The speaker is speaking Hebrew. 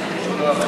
חקיקה),